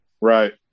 right